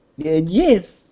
Yes